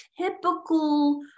typical